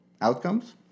outcomes